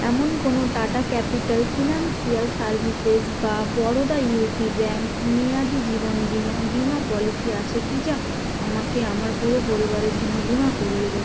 এমন কোনো Tata capital financial services বা বরোদা ইউপি ব্যাঙ্ক মেয়াদি জীবন বিমা বিমা পলিসি আছে কি যা আমাকে আমার পুরো পরিবারের জন্য বিমা করিয়ে দেবে